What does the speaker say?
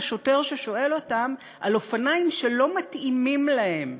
השוטר ששואל אותם על אופניים שלא מתאימים להם.